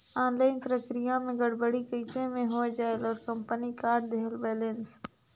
Online प्रक्रिया मे भी गड़बड़ी कइसे मे हो जायेल और कंपनी काट देहेल बैलेंस?